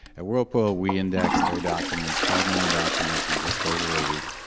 at whirlpool, we indexed their documents, twelve million documents, in just over a week.